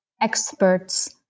experts